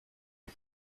est